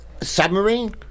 submarine